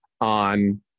on